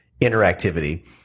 interactivity